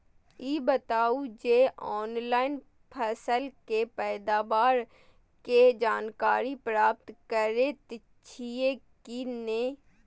ई बताउ जे ऑनलाइन फसल के पैदावार के जानकारी प्राप्त करेत छिए की नेय?